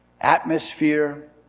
Atmosphere